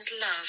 love